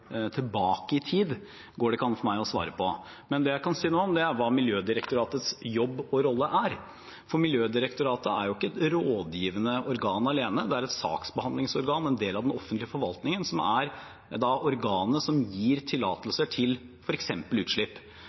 tilbake i tid, går det ikke an for meg å svare på. Det jeg kan si noe om, er hva Miljødirektoratets jobb og rolle er. Miljødirektoratet er jo ikke et rådgivende organ alene. Det er et saksbehandlingsorgan, en del av den offentlige forvaltningen. Det er organet som gir tillatelser til f.eks. utslipp.